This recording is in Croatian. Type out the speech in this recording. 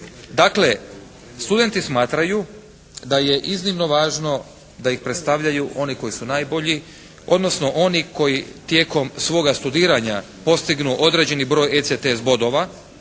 Dakle, studenti smatraju da je iznimno važno da ih predstavljaju oni koji su najbolji, odnosno oni koji tijekom svoga studiranja postignu određeni broj ECTS bodova,